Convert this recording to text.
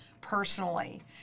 personally